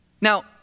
Now